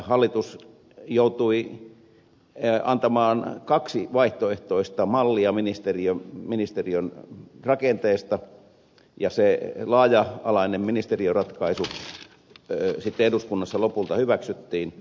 hallitus joutui antamaan kaksi vaihtoehtoista mallia ministeriön rakenteesta ja se laaja alainen ministeriöratkaisu sitten eduskunnassa lopulta hyväksyttiin